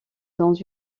dans